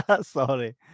Sorry